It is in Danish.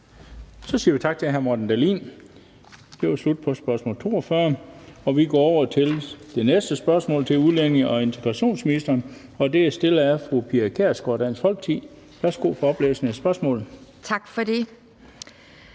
Så siger vi tak til hr. Morten Dahlin. Det var slut på spørgsmål 42. Vi går over til det næste spørgsmål til udlændinge- og integrationsministeren, og det er stillet af fru Pia Kjærsgaard, Dansk Folkeparti. Kl. 17:03 Spm. nr.